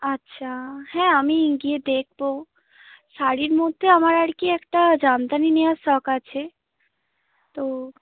আচ্ছা হ্যাঁ আমি গিয়ে দেখবো শাড়ির মধ্যে আমার আর কি একটা জামদানি নেওয়ার শখ আছে তো